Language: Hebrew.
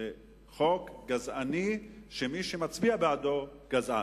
חוק גזעני, ומי שמצביע בעדו הוא גזען.